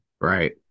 Right